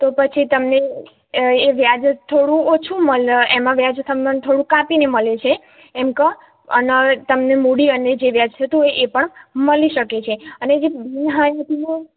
તો પછી તમને એ વ્યાજ જ થોડું ઓછું મળે એમાં વ્યાજ તમને થોડું કાપીને મળે છે એમ કે અને હવે તમને મૂડી અને જે વ્યાજ થતું હોય એ પણ મલી શકે છે અને જે બિનહયાતીનો